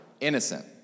innocent